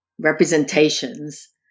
representations